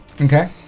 Okay